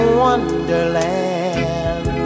wonderland